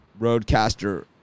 roadcaster